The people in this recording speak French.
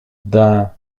d’un